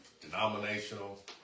denominational